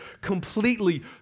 completely